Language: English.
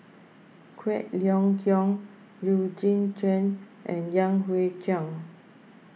Quek Ling Kiong Eugene Chen and Yan Hui Chang